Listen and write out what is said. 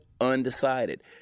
undecided